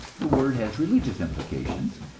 the word has religious implications,